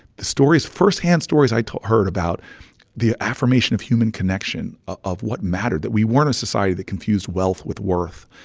the stories firsthand stories i heard about the affirmation of human connection of what mattered, that we weren't a society that confused wealth with worth,